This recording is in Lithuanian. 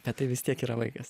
bet tai vis tiek yra vaikas